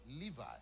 Levi